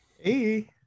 Hey